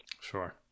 sure